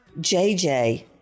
JJ